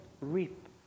reap